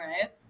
right